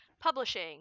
Publishing